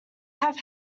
have